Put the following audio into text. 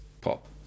Pop